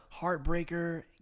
heartbreaker